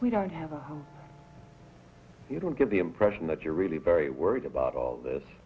we don't have a home you don't get the impression that you're really very worried about all this